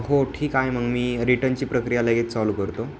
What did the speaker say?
हो ठीक आहे मग मी रिटर्नची प्रक्रिया लगेच चालू करतो